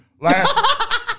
Last